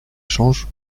change